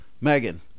megan